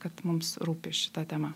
kad mums rūpi šita tema